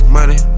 Money